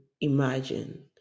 imagine